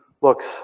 looks